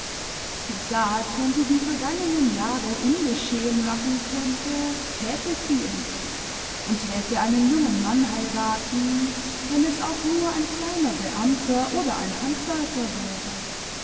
sie sagt wenn sie die vergangenen jahre ungeschehen machen könnte täte sie es und täte einen jungen mann heiraten wenn es auch nur ein kleiner beamter oder ein handwerkier wäre